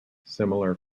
similar